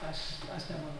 aš aš nemanau